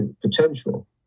potential